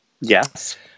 Yes